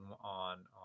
on